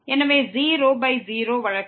எனவே இது ஒரு 0 பை 0 வழக்கு